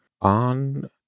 on